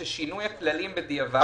שינוי הכללים בדיעבד